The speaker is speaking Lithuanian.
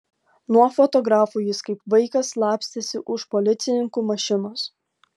nuo fotografų jis kaip vaikas slapstėsi už policininkų mašinos